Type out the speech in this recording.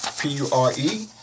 p-u-r-e